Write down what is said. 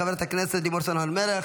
חברת הכנסת לימור סון הר מלך